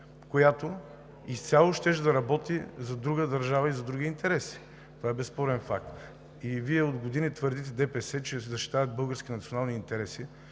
която изцяло щеше да работи за друга държава и за други интереси. Това е безспорен факт. Вие от ДПС от години твърдите, че защитавате български национални интереси.